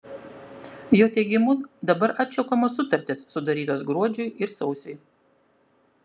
jo teigimu dabar atšaukiamos sutartys sudarytos gruodžiui ir sausiui